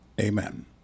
Amen